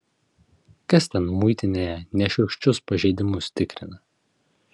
kas ten muitinėje nešiurkščius pažeidimus tikrina